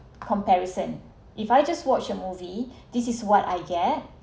comparison if I just watch a movie this is what I get